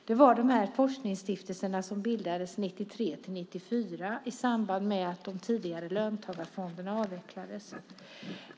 Det var dessa forskningsstiftelser som bildades 1993-1994 i samband med att de tidigare löntagarfonderna avvecklades.